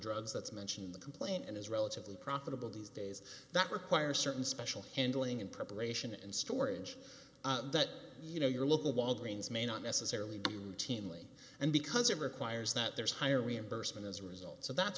drugs that's mentioned the complaint and is relatively profitable these days that require certain special handling and preparation and storage that you know your local walgreens may not necessarily be routinely and because it requires that there's higher reimbursement as a result so that's